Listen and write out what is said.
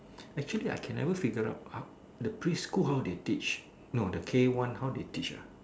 actually I can never figure out how the preschool how they teach no the K one how they teach ah